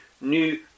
new